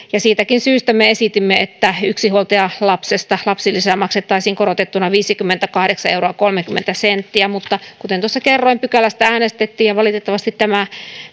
siitäkin syystä me esitimme että yksinhuoltajan lapsesta lapsilisää maksettaisiin korotettuna viisikymmentäkahdeksan euroa kolmekymmentä senttiä mutta kuten tuossa kerroin pykälästä äänestettiin valitettavasti tämä